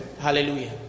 Hallelujah